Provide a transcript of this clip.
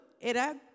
era